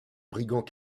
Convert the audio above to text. brigand